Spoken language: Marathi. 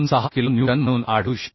26 किलो न्यूटन म्हणून आढळू शकते